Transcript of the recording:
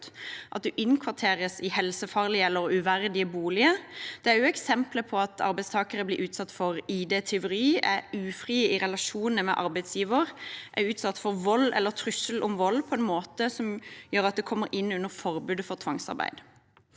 at man innkvarteres i helsefarlige eller uverdige boliger. Det er også eksempler på at arbeidstakere blir utsatt for ID-tyveri, er i ufrie relasjoner med arbeidsgiver og er utsatt for vold eller trussel om vold på en måte som gjør at det kommer inn under forbudet mot tvangsarbeid.